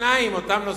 שניים מאותם נושאים,